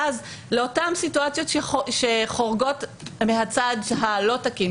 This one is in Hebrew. ואז לאותן סיטואציות שחורגות מהצד "הלא תקין",